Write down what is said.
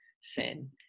sin